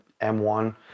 m1